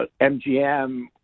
MGM